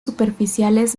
superficiales